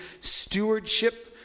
stewardship